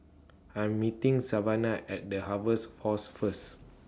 I Am meeting Savana At The Harvest Force First